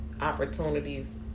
opportunities